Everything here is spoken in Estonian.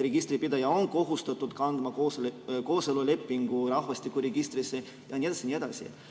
registripidaja on kohustatud kandma kooselulepingu rahvastikuregistrisse jne, jne.